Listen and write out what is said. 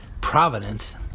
providence